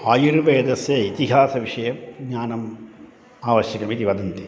आयुर्वेदस्य इतिहासविषये ज्ञानम् आवश्यकमिति वदन्ति